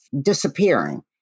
disappearing